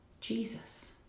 Jesus